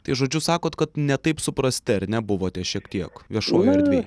tai žodžiu sakot kad ne taip suprasti ar ne buvote šiek tiek viešoji erdvė